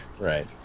Right